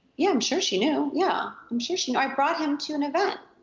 yeah, i'm sure she knew, yeah, i'm sure she knew, i brought him to an event.